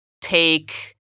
take